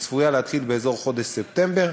שצפויה להתחיל בחודש ספטמבר,